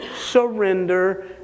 surrender